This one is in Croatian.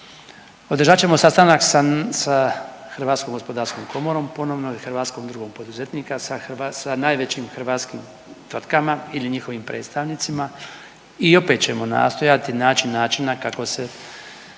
Održat ćemo sastanak sa HGK ponovno i Hrvatskom udrugom poduzetnika, sa .../nerazumljivo/... najvećim hrvatskim tvrtkama ili njihovim predstavnicima i opet ćemo nastojati naći načina kako se